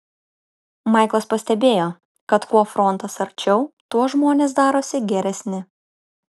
maiklas pastebėjo kad kuo frontas arčiau tuo žmonės darosi geresni